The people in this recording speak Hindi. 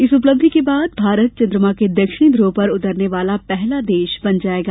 इस उपलब्धि के बाद भारत चंद्रमा के दक्षिणी ध्रुव पर उतरने वाला पहला देश बन जाएगा